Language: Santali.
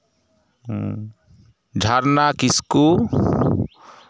ᱦᱮᱸ ᱡᱷᱟᱨᱱᱟ ᱠᱤᱥᱠᱩ